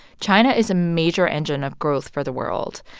china is a major engine of growth for the world.